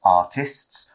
artists